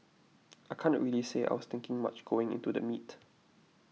I can't really say I was thinking much going into the meet